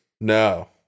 No